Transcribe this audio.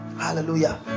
hallelujah